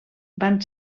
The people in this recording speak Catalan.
van